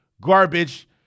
garbage